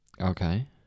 Okay